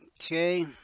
Okay